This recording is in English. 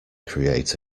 create